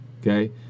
Okay